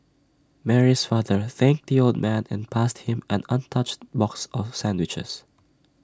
Mary's father thanked the old man and passed him an untouched box of sandwiches